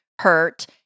hurt